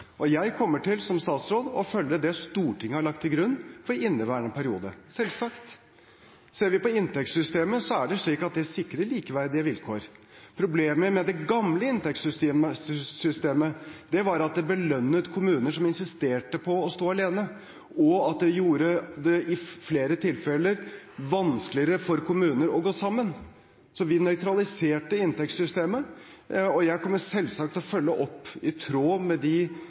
periode. Jeg kommer som statsråd til å følge opp det Stortinget har lagt til grunn for inneværende periode – selvsagt. Ser vi på inntektssystemet, er det slik at det sikrer likeverdige vilkår. Problemet med det gamle inntektssystemet var at det belønnet kommuner som insisterte på å stå alene, og at det i flere tilfeller gjorde det vanskeligere for kommuner å gå sammen, så vi nøytraliserte inntektssystemet. Jeg kommer selvsagt til å følge opp i tråd med de